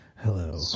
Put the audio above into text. Hello